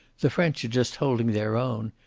the french are just holding their own.